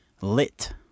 Lit